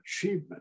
achievement